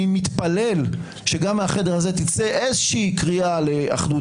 אני מתפלל שגם מהחדר הזה תצא איזה קריאה לאחדות,